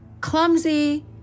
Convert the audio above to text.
clumsy